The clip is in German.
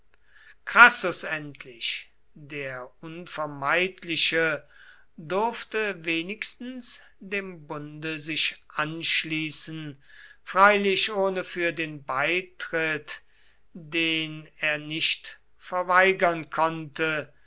crassus endlich der unvermeidliche durfte wenigstens dem bunde sich anschließen freilich ohne für den beitritt den er nicht verweigern konnte